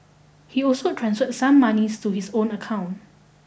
he also transferred some monies to his own account